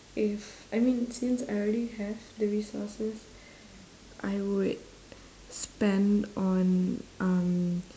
if I mean since I already have the resources I would spend on um